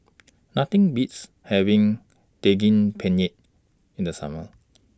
Nothing Beats having Daging Penyet in The Summer